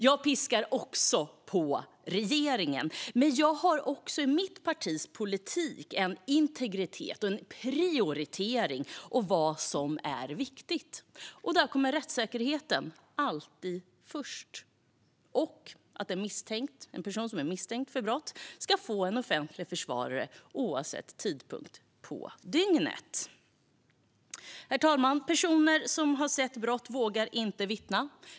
Jag piskar också på regeringen, men i mitt partis politik finns även en integritet och en prioritering av vad som är viktigt. Där kommer rättssäkerheten alltid först - och att en person som är misstänkt för ett brott ska få en offentlig försvarare oavsett tidpunkt på dygnet. Herr talman! Personer som har sett brott vågar inte vittna.